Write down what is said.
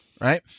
right